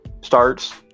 starts